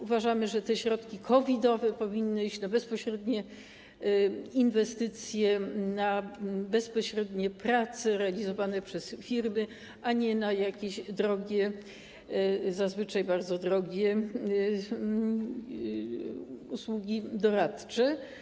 Uważamy, że te środki COVID-owe powinny iść na bezpośrednie inwestycje, bezpośrednie prace realizowane przez firmy, a nie na jakieś zazwyczaj bardzo drogie usługi doradcze.